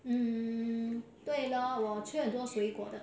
mm 对 lor 我吃很多水果的